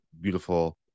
beautiful